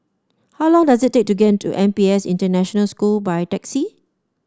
how long does it take to get to N P S International School by taxi